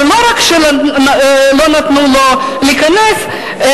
ולא רק שלא נתנו לו להיכנס,